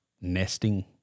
Nesting